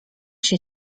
się